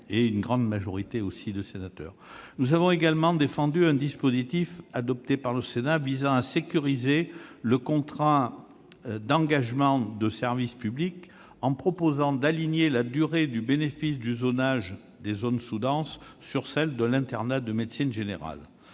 par la grande majorité des membres de notre assemblée. Nous avons également défendu un dispositif, adopté par le Sénat, visant à sécuriser le contrat d'engagement de service public en proposant d'aligner la durée du classement en zone sous-dense sur celle de l'internat de médecine générale.